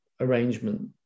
arrangement